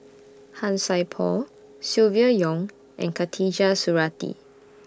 Han Sai Por Silvia Yong and Khatijah Surattee